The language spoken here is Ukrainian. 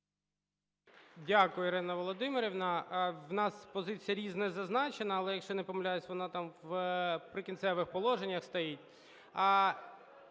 Дякую, Ірина Володимирівна. В нас позиція "Різне" зазначена, але, якщо я не помиляюсь, вона там в "Прикінцевих положеннях" стоїть.